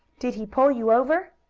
did he pull you over?